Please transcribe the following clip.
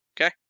Okay